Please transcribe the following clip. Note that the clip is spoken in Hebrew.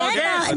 ועוד איך.